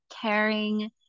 caring